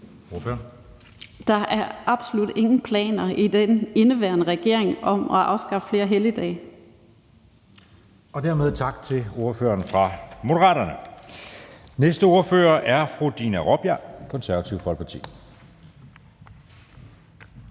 Der er absolut ingen planer i den nuværende regering om at afskaffe flere helligdage. Kl. 19:45 Anden næstformand (Jeppe Søe): Dermed tak til ordføreren for Moderaterne. Næste ordfører er fru Dina Raabjerg, Det Konservative Folkeparti.